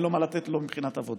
אין לו מה לתת לו מבחינת עבודה,